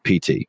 PT